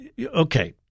Okay